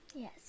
Yes